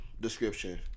description